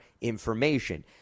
information